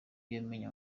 yamennye